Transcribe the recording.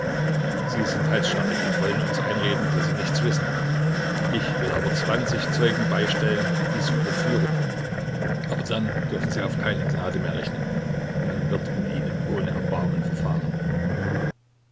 sie sind halsstarrig und wollen uns einreden daß sie nichts wissen ich will aber zwanzig zeugen beistellen die sie überführen aber dann dürfen sie auf keine gnade mehr rechnen man wird mit ihnen ohne erbarmen verfahren